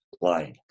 line